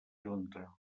junta